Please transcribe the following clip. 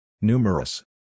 Numerous